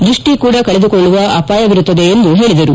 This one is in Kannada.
ದೃಷ್ಟಿ ಕೂಡ ಕಳೆದುಕೊಳ್ಳುವ ಅಪಾಯವಿರುತ್ತದೆ ಎಂದು ಹೇಳಿದರು